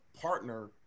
partner